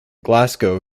glasgow